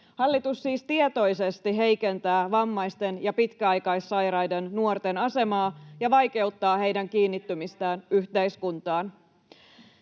Hallitus siis tietoisesti heikentää vammaisten ja pitkäaikaissairaiden nuorten asemaa ja vaikeuttaa heidän kiinnittymistään yhteiskuntaan.